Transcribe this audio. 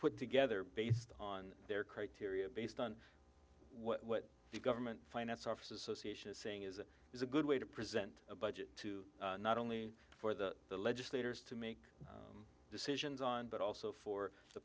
put together based on their criteria based on what the government finance office association is saying is it is a good way to present a budget to not only for the legislators to make decisions on but also for the